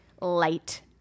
light